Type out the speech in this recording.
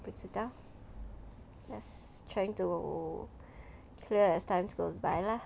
不知道 just trying to clear as times goes by lah